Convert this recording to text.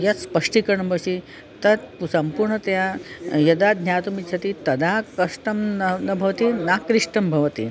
यत् स्पष्टीकरणं भविष्यति पयु सम्पूर्णतया यदा ज्ञातुमिच्छति तदा कष्टं न न भवति न क्लिष्टं भवति